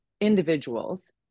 individuals